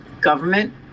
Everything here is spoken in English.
government